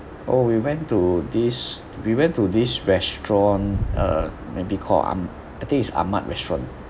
oh we went to this we went to this restaurant uh maybe call ah~ I think is ahmad restaurant